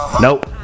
Nope